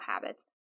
habits